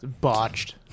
botched